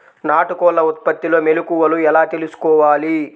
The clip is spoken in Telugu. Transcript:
నాటుకోళ్ల ఉత్పత్తిలో మెలుకువలు ఎలా తెలుసుకోవాలి?